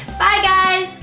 bye guys,